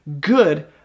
Good